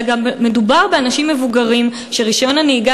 מדובר גם באנשים מבוגרים שרישיון הנהיגה